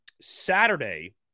Saturday